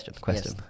Question